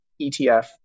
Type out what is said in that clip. ETF